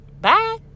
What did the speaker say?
Bye